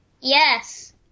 Yes